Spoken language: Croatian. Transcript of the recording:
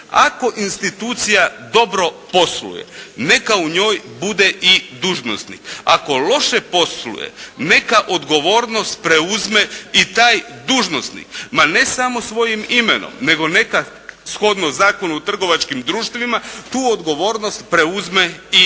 ako institucija dobro posluje, neka u njoj bude i dužnosnik. Ako loše posluje, neka odgovornost preuzme i taj dužnosnik ma ne samo svojim imenom nego nekad shodno Zakonu o trgovačkim društvima tu odgovornost preuzme i materijalno.